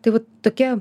tai va tokia